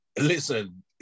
listen